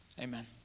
Amen